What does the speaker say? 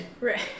Right